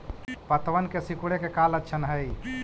पत्तबन के सिकुड़े के का लक्षण हई?